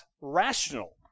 rational